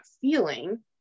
feeling